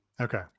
Okay